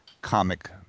comic